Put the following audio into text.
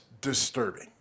disturbing